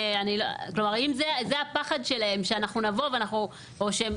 אם זה הפחד שלהם שאנחנו נבוא או שמישהו